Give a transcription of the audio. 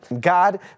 God